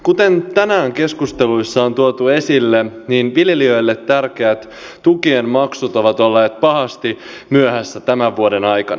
kuten tänään keskusteluissa on tuotu esille viljelijöille tärkeät tukien maksut ovat olleet pahasti myöhässä tämän vuoden aikana